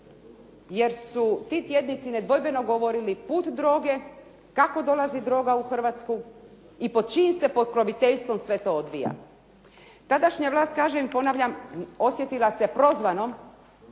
jer su ti tjednici nedvojbeno govorili put droge, kako dolazi droga u Hrvatsku i pod čijim se pokroviteljstvom sve to odvija. Tadašnja vlast ponavljam osjetila se prozvanom